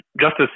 Justice